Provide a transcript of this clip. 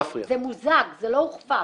זה מוזג, זה לא הוכפף.